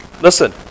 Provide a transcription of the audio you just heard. Listen